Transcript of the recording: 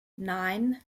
nine